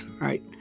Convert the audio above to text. right